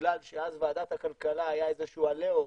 בגלל שאז בוועדת הכלכלה היה איזה שהוא עליהום,